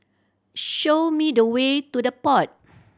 show me the way to The Pod